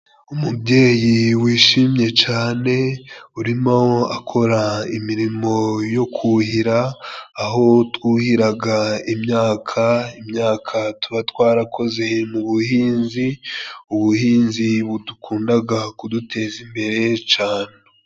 Umubyeyi wishimye cane urimo akora imirimo yo kuhira. Aho twuhiraga imyaka, imyaka tuba twarakoze mu buhinzi. Ubuhinzi budukundaga kuduteza imbere cane.